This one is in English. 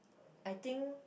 I think